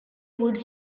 would